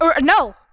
no